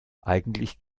eigentlich